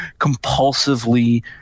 compulsively